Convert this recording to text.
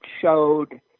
showed